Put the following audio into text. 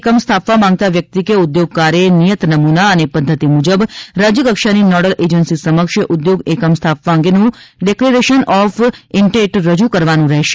એકમ સ્થાપવા માંગતા વ્યક્તિ કે ઉદ્યોગકારે નિયત નમૂના અને પધ્ધતિ મુજબ રાજ્યકક્ષાની નોડલ એજન્સી સમક્ષ ઉદ્યોગ એકમ સ્થાપવા અંગેનું ડેકલરેશન ઓફ ઇન્ટેટ રજુ કરવાનું રહેશે